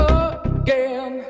again